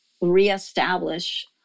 reestablish